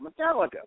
Metallica